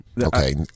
Okay